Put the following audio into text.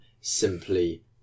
simply